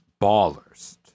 ballers